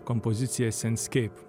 kompoziciją sensescape